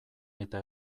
eta